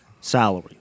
salary